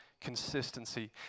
consistency